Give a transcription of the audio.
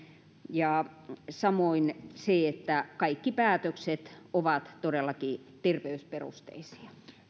ja samoin se että kaikki päätökset ovat todellakin terveysperusteisia